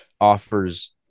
offers